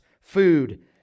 food